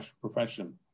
profession